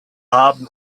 haben